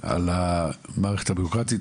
על המערכת הבירוקרטית.